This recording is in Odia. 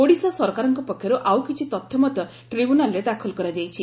ଓଡିଶା ସରକାରଙ୍କ ପକ୍ଷରୁ ଆଉ କିଛି ତଥ୍ୟ ମଧ୍ଧ ଟ୍ରିବ୍ୟୁନାଲରେ ଦାଖଲ କରାଯାଇଛି